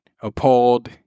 appalled